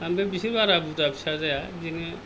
ओमफ्राय बिसोर बारा बुरजा फिसा जाया बिदिनो